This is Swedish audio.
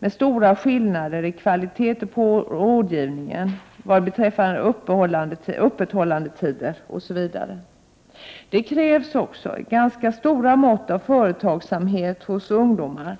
Det är stora skillnader i kvaliteten på rådgivningen och vad beträffar öppethållandetider osv. Det krävs också ett ganska stort mått av företagsamhet hos ungdomarna